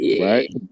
Right